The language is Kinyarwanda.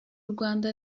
rwanda